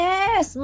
Yes